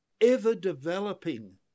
ever-developing